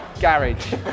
garage